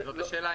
זאת השאלה.